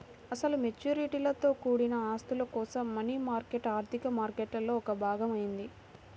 అసలు మెచ్యూరిటీలతో కూడిన ఆస్తుల కోసం మనీ మార్కెట్ ఆర్థిక మార్కెట్లో ఒక భాగం అయింది